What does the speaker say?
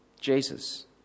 jesus